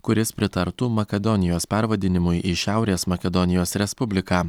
kuris pritartų makedonijos pervadinimui į šiaurės makedonijos respubliką